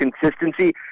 consistency